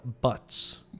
Butts